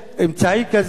אמצעי כזה,